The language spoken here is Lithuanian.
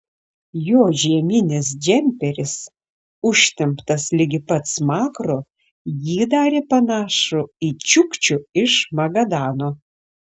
jo žieminis džemperis užtemptas ligi pat smakro jį darė panašų į čiukčių iš magadano